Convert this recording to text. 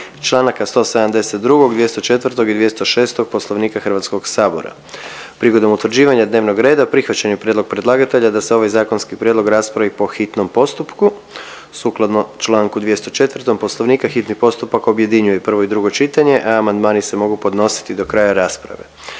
članaka 172., 204. i 206. Poslovnika HS. Prigodom utvrđivanja dnevnog reda prihvaćen je prijedlog predlagatelja da se ovaj zakonski prijedlog raspravi po hitnom postupku. Sukladno čl. 204. Poslovnika hitni postupak objedinjuje prvo i drugo čitanje, a amandmani se mogu podnositi do kraja rasprave.